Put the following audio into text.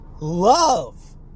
love